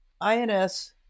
INS